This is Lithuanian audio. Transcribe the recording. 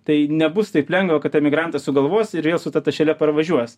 tai nebus taip lengva kad emigrantas sugalvos ir jie su ta tašele parvažiuos